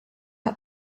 out